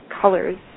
colors